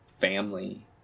family